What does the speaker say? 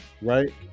right